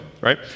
right